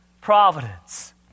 providence